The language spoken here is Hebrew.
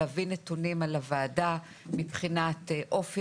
להביא נתונים על הוועדה מבחינת אופי